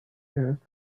earth